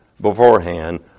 beforehand